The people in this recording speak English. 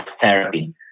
therapy